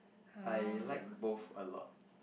I like both a lot